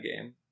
game